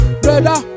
brother